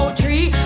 tree